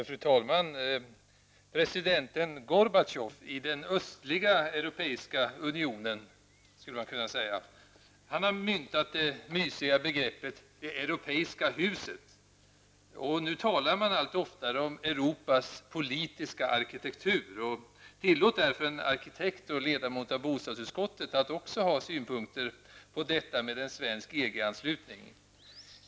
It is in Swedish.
Fru talman! President Gorbatjov i den östliga europeiska unionen, skulle man kunna säga, har myntat det mysiga begreppet ''det europeiska huset''. Nu talar man allt oftare om Europas politiska arkitektur. Tillåt därför en arkitekt och ledamot av bostadsutskottet att också ha synpunkter på detta med en svensk EG-anslutning.